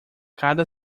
cada